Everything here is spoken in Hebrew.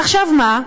עכשיו, מה?